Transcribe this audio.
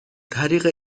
طریق